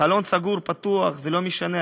חלון סגור או חלון פתוח, זה לא משנה.